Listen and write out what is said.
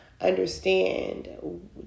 understand